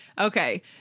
Okay